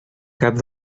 cap